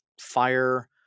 fire